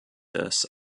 des